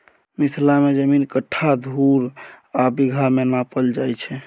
मिथिला मे जमीन कट्ठा, धुर आ बिगहा मे नापल जाइ छै